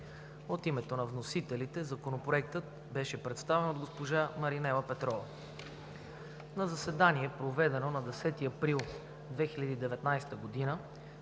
От името на вносителите Законопроектът беше представен от госпожа Маринела Петрова. На заседание, проведено на 10 април 2019 г.,